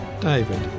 David